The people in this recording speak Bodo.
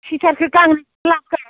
सुइटारखौ गांनैखौनो लाबोखा